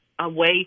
away